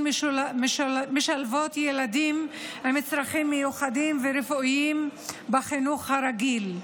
משלבות ילדים עם צרכים מיוחדים ורפואיים בחינוך הרגיל.